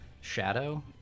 shadow